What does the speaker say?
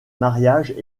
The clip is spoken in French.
mariages